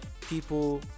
people